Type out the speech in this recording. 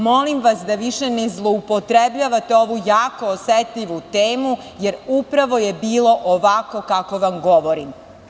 Molim vas da više ne zloupotrebljavate jako osetljivu temu, jer upravo je bilo ovako kako vam govorim.